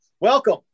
Welcome